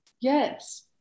Yes